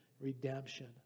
redemption